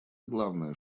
главное